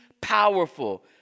powerful